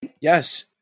Yes